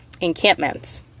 encampments